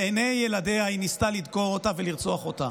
לעיני ילדיה היא ניסתה לדקור אותה ולרצוח אותה,